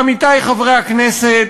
עמיתי חברי הכנסת,